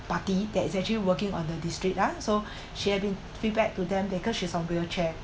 party that is actually working on the district ah so she had been feedback to them because she's on wheelchair